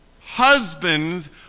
Husbands